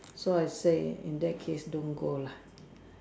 so I say in that case don't go lah